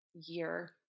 year